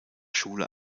schule